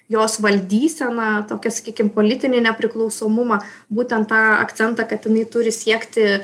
jos valdyseną tokią sakykim politinį nepriklausomumą būtent tą akcentą kad jinai turi siekti